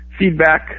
Feedback